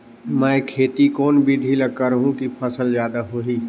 मै खेती कोन बिधी ल करहु कि फसल जादा होही